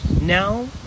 Now